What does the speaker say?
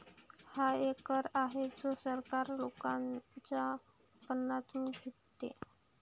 हा एक कर आहे जो सरकार लोकांच्या उत्पन्नातून घेते